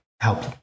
help